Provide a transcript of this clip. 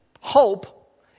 hope